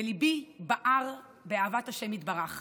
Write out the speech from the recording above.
וליבי בער באהבת השם יתברך.